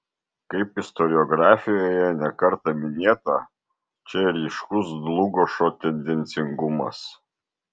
kaip istoriografijoje ne kartą minėta čia ryškus dlugošo tendencingumas